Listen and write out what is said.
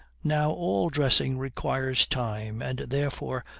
now all dressing requires time, and therefore,